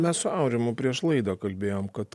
mes su aurimu prieš laidą kalbėjom kad